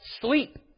sleep